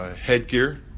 headgear